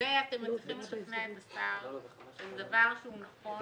ואתם מצליחים לשכנע את השר עם דבר שהוא נכון,